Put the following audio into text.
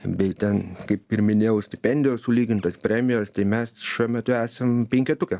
bei ten kaip ir minėjau stipendijos sulygintos premijos tai mes šiuo metu esam penketuke